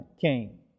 came